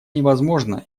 невозможно